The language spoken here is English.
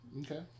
Okay